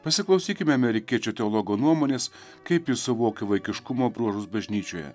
pasiklausykime amerikiečių teologo nuomonės kaip jis suvokė vaikiškumo bruožus bažnyčioje